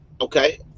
Okay